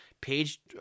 Page